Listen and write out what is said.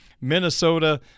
Minnesota